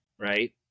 right